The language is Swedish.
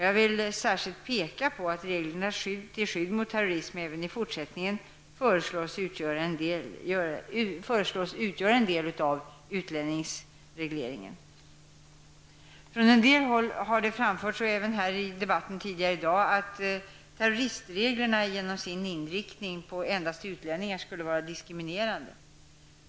Jag vill särskilt peka på att reglerna till skydd mot terrorism även i fortsättningen föreslås utgöra en del av utlänningsregleringen. Från en del håll och även i debatten i dag har framförts den synpunkten att terroristreglerna genom sin inriktning på enbart utlänningar skulle vara diskriminerande.